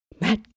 Matt